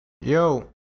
Yo